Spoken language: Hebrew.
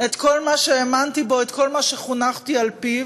את כל מה שהאמנתי בו, את כל מה שחונכתי על-פיו,